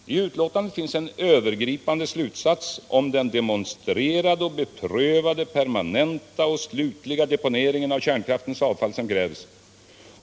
I utlåtandet finns en övergripande slutsats om den demonstrerade, beprövade, permanenta och slutliga deponering av kärnkraftens avfall som krävs.